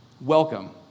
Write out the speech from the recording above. Welcome